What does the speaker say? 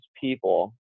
people